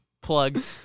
plugged